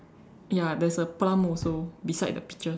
ya there's a plum also beside the peaches